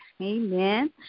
amen